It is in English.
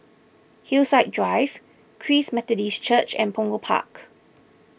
Hillside Drive Christ Methodist Church and Punggol Park